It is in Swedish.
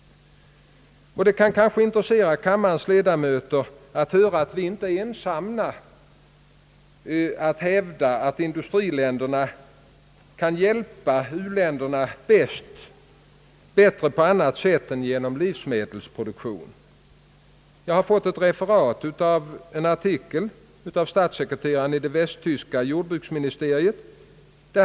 Det kan kanske intres sera kammarens ledamöter att höra, att vi inte är ensamma om att hävda att industriländerna kan hjälpa u-länderna bättre på annat sätt än genom livsmedelsproduktion. Jag har fått ett referat av en artikel, skriven av statssekreteraren i det västtyska jordbruksministeriet.